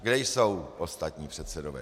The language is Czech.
Kde jsou ostatní předsedové?